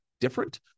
different